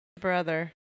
brother